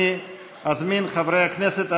אני אזמין חברי כנסת.